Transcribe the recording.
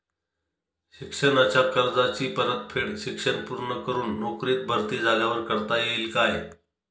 शिक्षणाच्या कर्जाची परतफेड शिक्षण पूर्ण करून नोकरीत भरती झाल्यावर करता येईल काय?